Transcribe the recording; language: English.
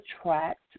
attract